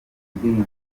ndirimbo